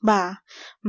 bah